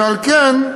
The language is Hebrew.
ועל כן,